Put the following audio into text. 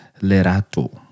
Lerato